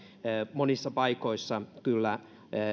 monissa paikoissa kyllä